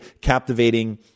captivating